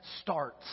starts